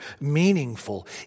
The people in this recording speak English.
meaningful